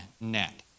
net